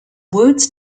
words